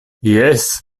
jes